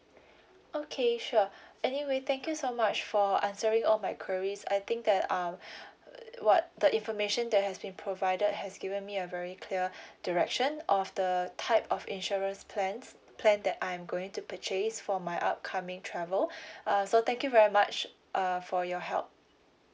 okay sure anyway thank you so much for answering all my queries I think that um what the information that has been provided has given me a very clear direction of the type of insurance plans plan that I am going to purchase for my upcoming travel uh so thank you very much err for your help